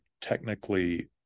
technically